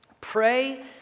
Pray